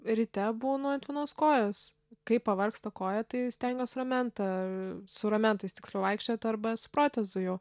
ryte būnu ant vienos kojos kai pavargsta koja tai stengiuos ramentą su ramentais tiksliau vaikščiot arba su protezu jau